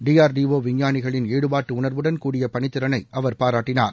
DRDO விஞ்ஞாணிகளின் ஈடுபாட்டு உணர்வுடன் கூடிய பணித்திறனை அவர் பாராட்டினார்